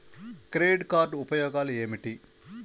Credit card ఉపయోగాలు ఏమిటి?